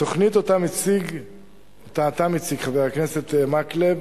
התוכנית שאתה מציג, חבר הכנסת מקלב,